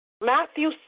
Matthew